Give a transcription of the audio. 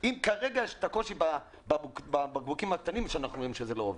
אם כרגע יש קושי עם הבקבוקים הקטנים שאנחנו רואים שלא עובד?